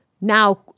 now